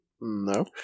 No